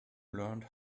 learned